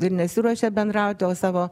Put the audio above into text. ir nesiruošė bendrauti o savo